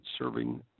serving